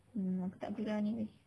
um aku tak gurau ni